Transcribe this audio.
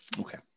Okay